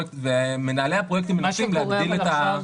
ומנהלי הפרויקטים מנסים להגדיל את כמות